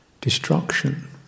Destruction